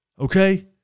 Okay